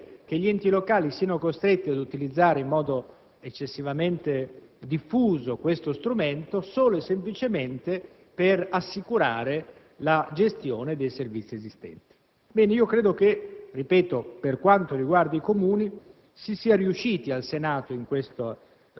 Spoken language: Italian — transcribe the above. occorre alleggerire la manovra per impedire che gli enti locali siano costretti a utilizzare in modo eccessivamente diffuso questo strumento, solo e semplicemente per assicurare la gestione dei servizi esistenti.